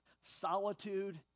solitude